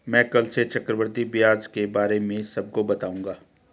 मैं कल से चक्रवृद्धि ब्याज के बारे में सबको बताऊंगा